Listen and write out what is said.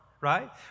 right